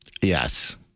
Yes